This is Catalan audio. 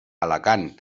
alacant